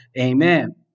Amen